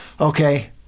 Okay